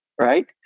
Right